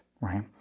right